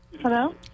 Hello